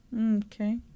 Okay